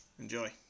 Enjoy